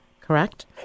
correct